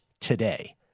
today